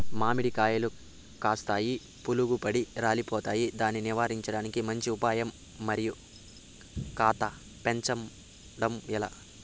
మామిడి కాయలు కాస్తాయి పులుగులు పడి రాలిపోతాయి దాన్ని నివారించడానికి మంచి ఉపాయం మరియు కాత పెంచడము ఏలా?